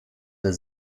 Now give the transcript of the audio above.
der